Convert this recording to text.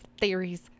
theories